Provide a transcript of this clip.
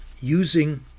using